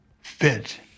fit